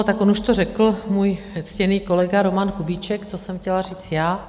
Tak on už to řekl můj ctěný kolega Roman Kubíček, co jsem chtěla říct já.